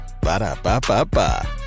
Ba-da-ba-ba-ba